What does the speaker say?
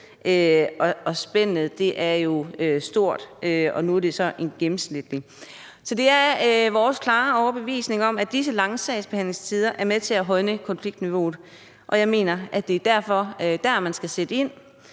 Nu er det gennemsnitlige tider, men spændet er stort. Så det er vores klare overbevisning, at disse lange sagsbehandlingstider er med til at højne konfliktniveauet, og jeg mener, at det er der, man skal sætte ind.